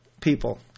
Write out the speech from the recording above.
people